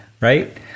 right